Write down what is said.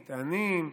מטענים,